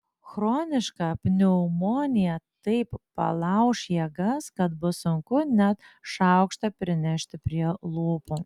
chroniška pneumonija taip palauš jėgas kad bus sunku net šaukštą prinešti prie lūpų